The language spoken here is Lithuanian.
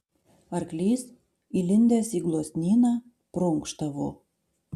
arklys įlindęs į gluosnyną prunkštavo